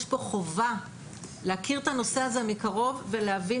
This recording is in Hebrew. יש פה חובה להכיר את הנושא הזה מקרוב ולהבין